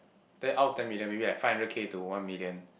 then out of ten million maybe like five hundred K to one million